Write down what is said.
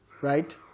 right